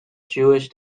jewish